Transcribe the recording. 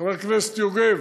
חבר הכנסת יוגב,